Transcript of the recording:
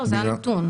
זה הנתון.